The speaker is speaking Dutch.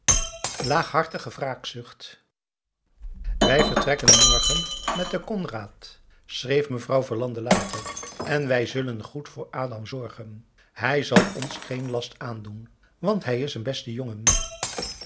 laaghartige wraakzucht wij vertrekken morgen met de conrad schreef mevrouw verlande later en wij zullen goed voor a zorgen hij zal ons geen last aandoen want hij is een beste jongen